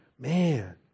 man